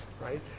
right